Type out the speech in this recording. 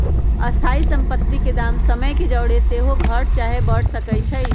स्थाइ सम्पति के दाम समय के जौरे सेहो घट चाहे बढ़ सकइ छइ